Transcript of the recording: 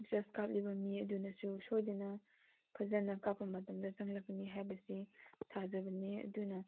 recharge ꯀꯥꯞꯂꯤꯕ ꯃꯤ ꯑꯗꯨꯅꯁꯨ ꯁꯣꯏꯗꯅ ꯐꯖꯅ ꯀꯥꯞꯄ ꯃꯇꯝꯗ ꯆꯪꯂꯛꯀꯅꯤ ꯍꯥꯏꯕꯁꯤ ꯊꯥꯖꯕꯅꯤ ꯑꯗꯨꯅ